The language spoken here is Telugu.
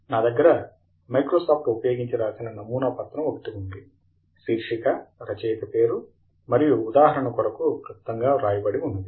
నా దగ్గర మైక్రోసాఫ్ట్ వర్డ్ ఉపయోగించి రాసిన నమూనా పత్రం ఒకటి ఉంది శీర్షిక రచయిత పేరు మరియు ఉదాహరణ కొరకు క్లుప్తంగా వ్రాయబడి ఉన్నది